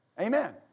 Amen